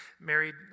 married